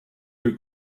your